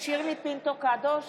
שירלי פינטו קדוש,